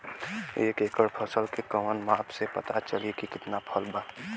एक एकड़ फसल के कवन माप से पता चली की कितना फल बा?